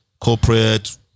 corporate